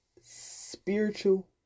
spiritual